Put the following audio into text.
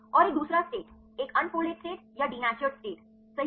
और एक दुसरा स्टेट एक उन्फोल्डेड स्टेट या डेनटुरेद स्टेट सही है